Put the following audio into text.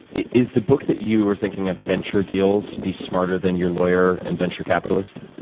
is the book that you were thinking of venture deals be smarter than your lawyer and venture capitalist?